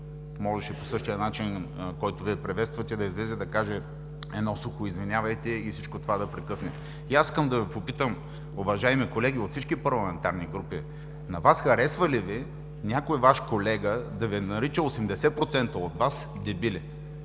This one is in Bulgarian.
можеше по същия начин, който Вие приветствате, да излезе и да каже едно сухо „Извинявайте!“ и всичко това да прекъснe. И аз искам да Ви попитам, уважаеми колеги от всички парламентарни групи, на Вас харесва ли Ви някой Ваш колега да Ви нарича – 80% от Вас „дебили“?